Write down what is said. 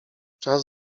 czas